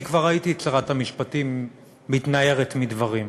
אני כבר ראיתי את שרת המשפטים מתנערת מדברים,